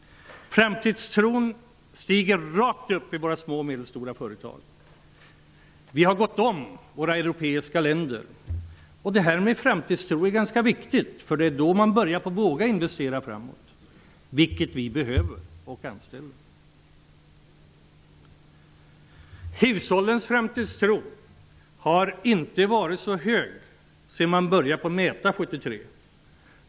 Framtidstron stiger rakt uppåt i våra små och medelstora företag. Vi har gått om våra europeiska grannländer. Framtidstro är viktigt; då börjar man våga investera för framtiden, vilket vi och de anställda behöver. Hushållens framtidstro har inte varit så hög sedan man började mäta den 1973.